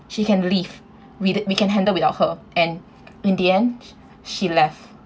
she can leave we d~ we can handle without her and in the end she left